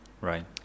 right